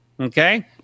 Okay